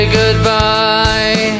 goodbye